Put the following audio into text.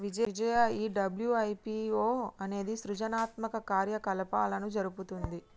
విజయ ఈ డబ్ల్యు.ఐ.పి.ఓ అనేది సృజనాత్మక కార్యకలాపాలను జరుపుతుంది